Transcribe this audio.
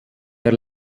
der